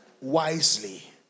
wisely